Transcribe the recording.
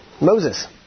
Moses